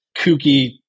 kooky